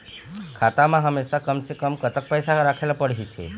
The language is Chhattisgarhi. खाता मा हमेशा कम से कम कतक पैसा राखेला पड़ही थे?